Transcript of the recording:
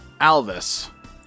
Alvis